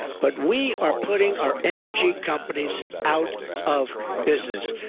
but we are putting our energy companies out of business.